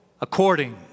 according